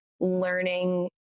learning